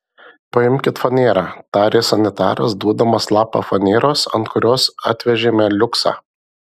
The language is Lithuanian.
paimkit fanerą tarė sanitaras duodamas lapą faneros ant kurios atvežėme liuksą